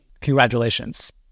Congratulations